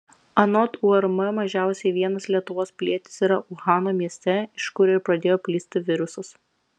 anot urm mažiausiai vienas lietuvos pilietis yra uhano mieste iš kur ir pradėjo plisti virusas